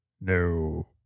No